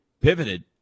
pivoted